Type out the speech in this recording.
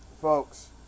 Folks